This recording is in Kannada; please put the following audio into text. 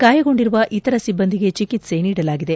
ಗಾಯಗೊಂಡಿರುವ ಇತರ ಸಿಬ್ಬಂದಿಗೆ ಚಿಕಿತ್ಸೆ ನೀಡಲಾಗಿದೆ